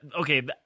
Okay